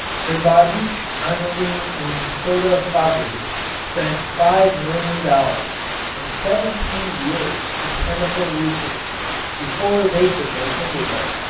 the badische anilin-und-soda fabrik spent five million dollars and seventeen years in chemical research before they could make indigo,